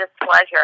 Displeasure